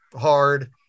hard